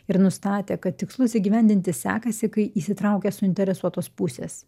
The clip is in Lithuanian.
ir nustatė kad tikslus įgyvendinti sekasi kai įsitraukia suinteresuotos pusės